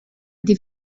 die